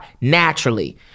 naturally